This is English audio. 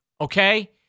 okay